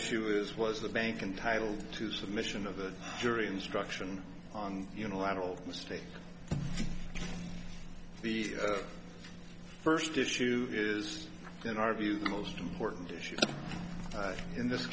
issue is was the bank in title two submission of the jury instruction on unilateral mistake the first issue is in our view the most important issue in this